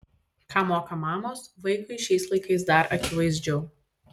ką moka mamos vaikui šiais laikais dar akivaizdžiau